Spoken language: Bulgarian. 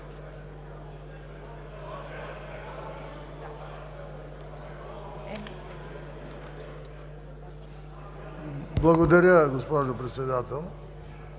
Благодаря, госпожо Председател.